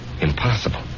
impossible